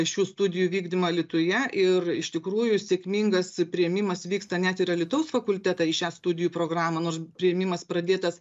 šių studijų vykdymą alytuje ir iš tikrųjų sėkmingas priėmimas vyksta net ir alytaus fakultetą į šią studijų programą nors priėmimas pradėtas